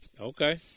Okay